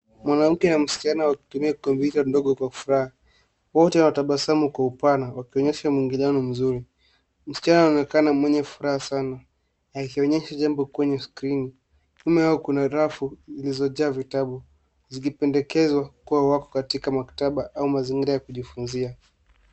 Mwanafunzi wa kike na msichana wanasoma kwenye kompyuta ndogo mpakato. Wote wanatabasamu na kuonyesha mwingiliano mzuri. Msichana anaonekana mwenye furaha sana. Hakuonyeshwi nembo kwenye skrini. Kume nyuma kuna rafu zenye vitabu vitamu, zikionyesha kuwa wanapatikana maktaba au mazingira ya kujifunzia.